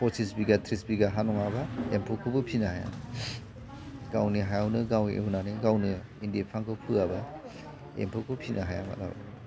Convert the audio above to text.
पसिस बिगा थ्रिस बिगा हा नंङाब्ला एम्फौखौबो फिसिनो हाया गावनि हायावनो गाव एवनानै गावनो इन्दि बिफांखौ फोआबा एम्फौखौ फिसिनो हाया मालाबाबो